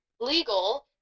legal